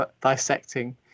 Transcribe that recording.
dissecting